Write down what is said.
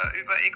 über